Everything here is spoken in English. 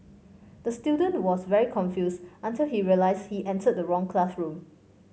the student was very confused until he realised he entered the wrong classroom